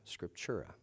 scriptura